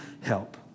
help